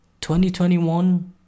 2021